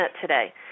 today